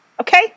Okay